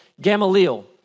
Gamaliel